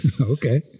Okay